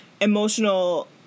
emotional